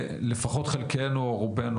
לפחות חלקנו או רובנו,